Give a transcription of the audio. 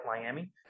Miami